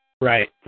Right